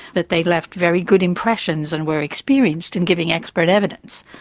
that they left very good impressions and were experienced in giving expert evidence,